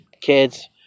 kids